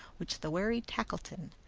which the wary tackleton,